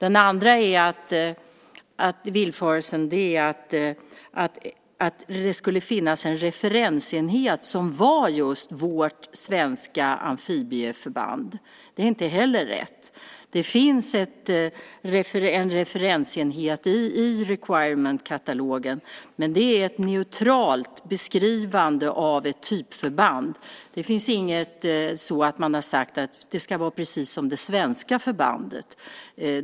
En annan villfarelse är att det skulle finnas en referensenhet som var vårt svenska amfibieförband. Det är inte heller rätt. Det finns en referensenhet i Requirement-katalogen. Det är ett neutralt beskrivande av ett typförband. Man har inte sagt att det ska vara precis som det svenska förbandet.